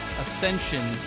ascension